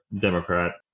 Democrat